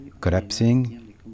Collapsing